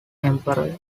emperor